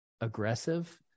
aggressive